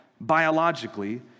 biologically